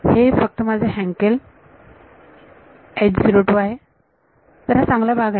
हे फक्त माझे हँकेल आहे